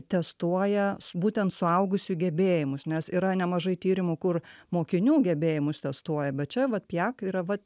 testuoja būtent suaugusių gebėjimus nes yra nemažai tyrimų kur mokinių gebėjimus testuoja bet čia vat pijak yra vat